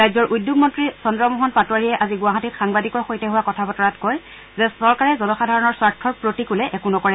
ৰাজ্যৰ উদ্যোগ মন্ত্ৰী চন্দ্ৰমোহন পাটোৱাৰীয়ে আজি গুৱাহাটীত সাংবাদিকৰ সৈতে হোৱা কথা বতৰাত কয় যে চৰকাৰে জনসাধাৰণৰ স্বাৰ্থৰ প্ৰতিকূলে একো নকৰে